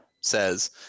says